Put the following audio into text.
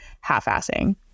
half-assing